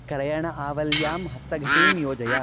क्रयण आवल्यां हस्तघटीं योजय